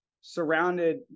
surrounded